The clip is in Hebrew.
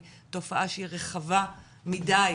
היא תופעה שהיא רחבה מדי,